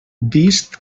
vist